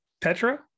Petra